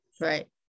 right